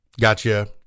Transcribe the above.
Gotcha